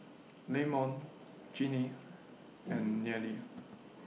Leamon Jinnie and Nealie